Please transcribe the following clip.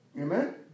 Amen